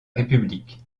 république